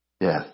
Death